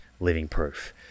livingproof